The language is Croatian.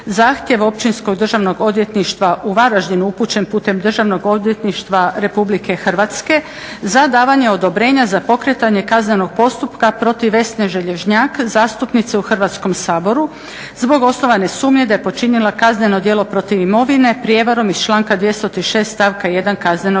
zahtjev općinskog državnog odvjetništva u Varaždinu upućen putem državno odvjetništva Republike Hrvatske za davanje odobrenja za pokretanje kaznenog postupka protiv Vesne Želježnjak, zastupnice u Hrvatskom saboru zbog osnovane sumnje da je počinila kazneno djelo protiv imovine prijevarom iz članka 236. stavka 1. Kaznenog